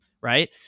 Right